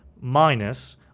Minus